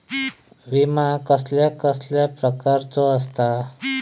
विमा कसल्या कसल्या प्रकारचो असता?